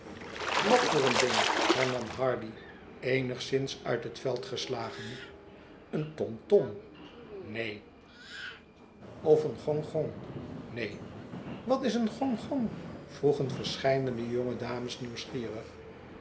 wat voor een ding hernam hardy eenigszins uit het veld geslagen een tom tom neen of een gonggong neen wat is een gong gong vroegen verscheidene jonge dames nieuwsgierig